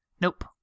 Nope